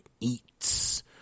eats